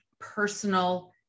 personal